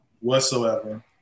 Whatsoever